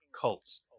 cults